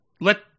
Let